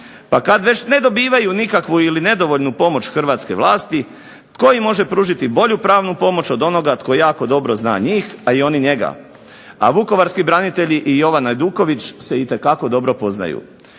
Pa kad već ne dobivaju nikakvu ili nedovoljnu pomoć hrvatske vlasti, tko im može pružiti bolju pravnu pomoć od onoga tko jako dobro zna njih, a i oni njega, a vukovarski branitelji i Jovan Ajduković se itekako dobro poznaju.